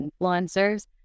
influencers